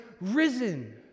risen